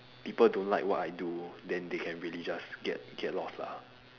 people don't like what I do then they can really just get get lost lah